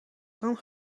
kan